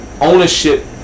ownership